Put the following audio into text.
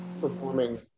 performing